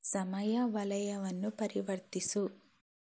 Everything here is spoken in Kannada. ಸಮಯ ವಲಯವನ್ನು ಪರಿವರ್ತಿಸು